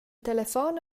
telefon